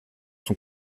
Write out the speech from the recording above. son